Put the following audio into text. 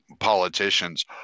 Politicians